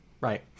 right